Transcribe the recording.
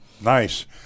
nice